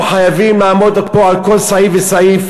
אנחנו חייבים לעמוד פה על כל סעיף וסעיף